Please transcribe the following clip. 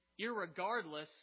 irregardless